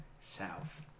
south